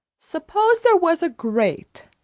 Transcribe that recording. suppose there was a grate,